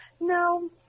No